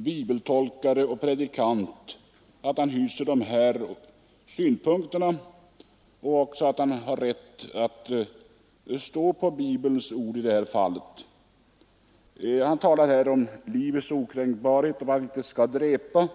bibeltolkare och predikant, har dessa synpunkter, och han har naturligtvis rätt att hålla på Bibelns ord i detta fall. Han talar om livets okränkbarhet och att man inte skall dräpa.